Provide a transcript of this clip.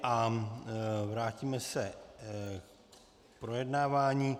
A vrátíme se k projednávání.